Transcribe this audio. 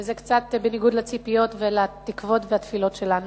וזה קצת בניגוד לציפיות ולתקוות והתפילות שלנו.